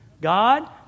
God